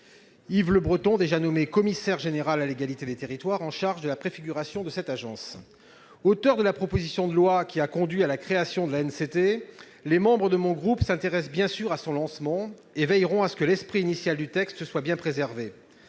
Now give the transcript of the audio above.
Yves Le Breton, déjà nommé commissaire général à l'égalité des territoires et chargé, à ce titre, de la préfiguration de cette agence. Auteurs de la proposition de loi qui a conduit à la création de l'ANCT, les membres de mon groupe s'intéressent bien sûr à son lancement et veilleront à ce que l'esprit initial du texte soit bien préservé.